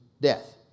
death